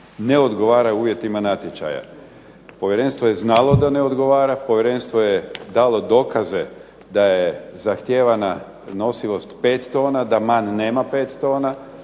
ne odgovara uvjetima natječaja. Povjerenstvo je znalo da ne odgovara, povjerenstvo je dalo dokaze da je zahtijevana nosivost 5 tona, da MAN nema 5 tona,